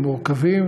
הם מורכבים.